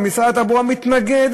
ומשרד התעבורה מתנגד,